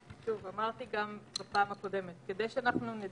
האם האכיפה היא רק בהתאם לדיווח העצמי או שיכולה להיות